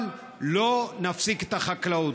אבל לא נפסיק את החקלאות.